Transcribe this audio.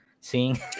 seeing